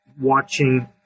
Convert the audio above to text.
watching